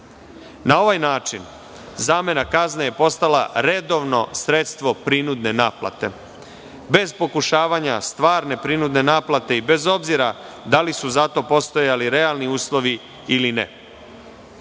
Na ovaj način zamena kazne je postala redovno sredstvo prinudne naplate, bez pokušavanja stvarne prinudne naplate i bez obzira da li su za to postojali realni uslovi ili ne.U